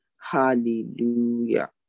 Hallelujah